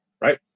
Right